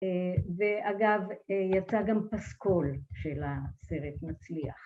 ‫ואגב, יצא גם פסקול של הסרט מצליח.